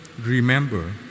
remember